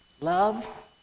Love